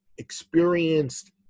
experienced